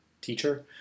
teacher